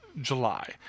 July